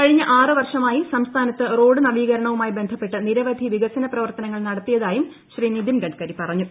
കഴിഞ്ഞ ആറ് വർഷമായി സംസ്ഥാനത്ത് റോഡ് നവീകരണവുമായി ബന്ധപ്പെട്ട് നിരവധി വികസന പ്രവർത്തനങ്ങൾ നടത്തിയതായും നിതിൻ ഗഡ്കരി പറഞ്ഞു